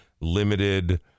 limited